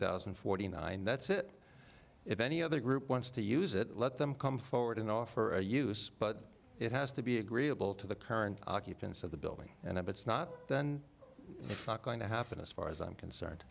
thousand and forty nine that's it if any other group wants to use it let them come forward and offer a use but it has to be agreeable to the current occupants of the building and it's not then it's not going to happen as far as i'm concerned